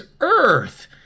Earth